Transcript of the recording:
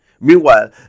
Meanwhile